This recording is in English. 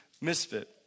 misfit